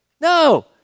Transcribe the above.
no